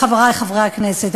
חברי חברי הכנסת,